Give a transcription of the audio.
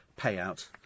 payout